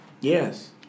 Yes